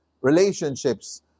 relationships